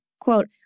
Quote